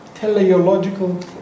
teleological